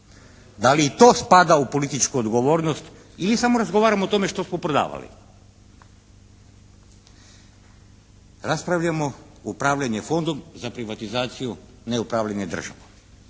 Da li i to spada u političku odgovornost ili samo razgovaramo o tome što smo prodavali? Raspravljamo upravljanjem Fondom za privatizaciju ne upravljanje državom.